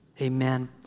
Amen